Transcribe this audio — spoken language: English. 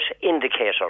indicator